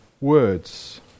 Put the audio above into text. words